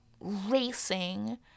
racing